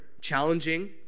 challenging